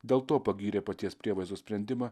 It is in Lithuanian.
dėl to pagyrė paties prievaizdo sprendimą